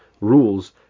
rules